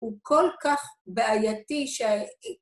‫הוא כל כך בעייתי ש...